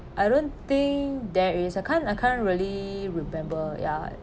I don't think there is I can't I can't really remember ya